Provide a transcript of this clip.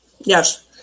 Yes